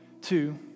two